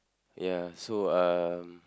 ya so um